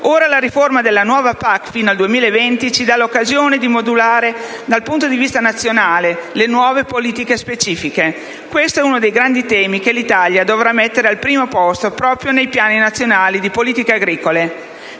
agricola comune (PAC) fino al 2020 ci dà l'occasione di modulare dal punto di vista nazionale le nuove politiche specifiche; questo è uno dei grandi temi che l'Italia dovrà mettere al primo posto proprio nei piani nazionali delle politiche agricole.